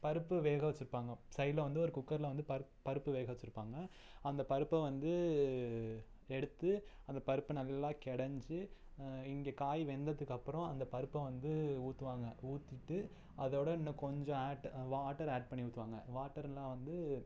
பருப்பு வேக வச்சுருப்பாங்க சைட்டில வந்து ஒரு குக்கரில் வந்து பருப் பருப்பு வேக வச்சுருப்பாங்க அந்த பருப்பை வந்து எடுத்து அந்த பருப்பை நல்லா கடஞ்சி இங்கே காய் வெந்ததுக்கப்புறோம் அந்த பருப்பை வந்து ஊற்றுவாங்க ஊற்றிட்டு அதோட இன்னும் கொஞ்சம் ஆட் வாட்டரை ஆட் பண்ணி விட்ருவாங்க வாட்டர்லாம் வந்து